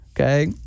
okay